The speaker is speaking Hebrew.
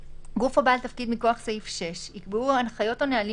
גוף או בעל תפקיד מכוח סעיף 6 יקבעו הנחיות או נהלים